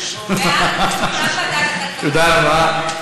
תודה רבה.